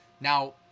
Now